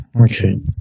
okay